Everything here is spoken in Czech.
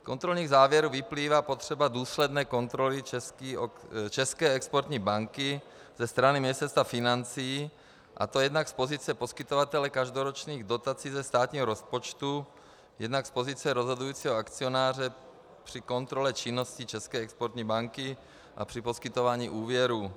Z kontrolních závěrů vyplývá potřeba důsledné kontroly České exportní banky ze strany Ministerstva financí, a to jednak z pozice poskytovatele každoročních dotací ze státního rozpočtu, jednak z pozice rozhodujícího akcionáře při kontrole činnosti České exportní banky a při poskytování úvěrů.